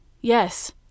yes